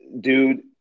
dude